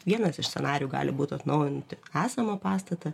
vienas iš scenarijų gali būt atnaujinti esamą pastatą